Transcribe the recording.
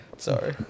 Sorry